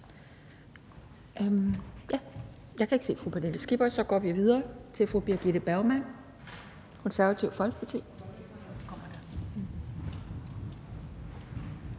Jeg kan ikke se fru Pernille Skipper, så vi går videre til fru Birgitte Bergman, Det Konservative Folkeparti.